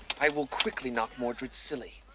i will quickly knock mordred silly,